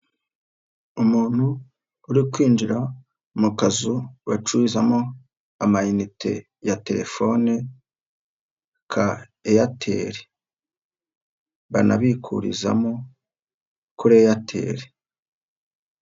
Umuntu uri kwinjira mu kazu bacuruzamo amayinite ya telefone ka Eyateri banabikurizamo kuri Eyateri.